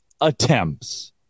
attempts